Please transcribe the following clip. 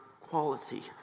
quality